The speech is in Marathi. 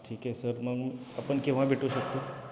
ठीक आहे सर मग आपण केव्हा भेटू शकतो